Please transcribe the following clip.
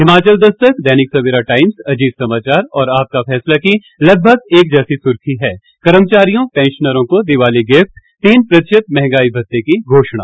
Himachal Dastak Dainik Savera times Ajit Samachar और आपका फैसला की लगभग एक जैसी सुर्खी है कर्मचारियो पैंशनरों को दिवाली गिफट तीन प्रतिशत महंगाई भत्ते की घोषणा